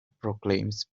proclaims